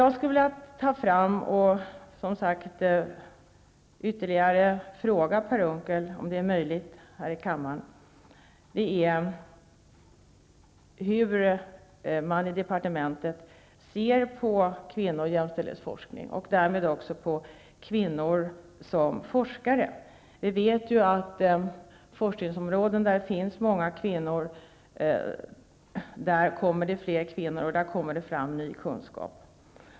Jag vill ställa ytterligare en fråga till Per Unckel här i kammaren. Hur ser man i departementet på kvinnooch jämställdhetsforskning och därmed också på kvinnor som forskare? Vi vet ju att på forskningsområden där det finns många kvinnor kommer det fler kvinnor och man får fram ny kunskap.